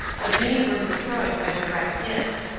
but many were destroyed by direct hits.